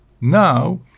Now